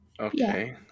Okay